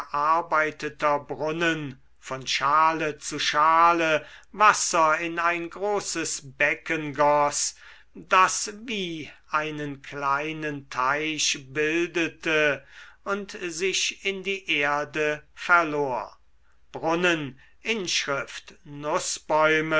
gearbeiteter brunnen von schale zu schale wasser in ein großes becken goß das wie einen kleinen teich bildete und sich in die erde verlor brunnen inschrift